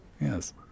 Yes